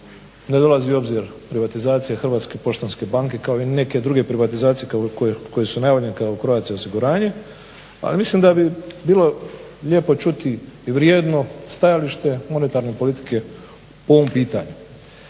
ne dolazi u obzir privatizacija Hrvatske poštanske banke kao ni neke druge privatizacije koje su najavljene kao Croatia osiguranje, ali mislim da bi bilo lijepo čuti i vrijedno stajalište monetarne politike po ovom pitanju.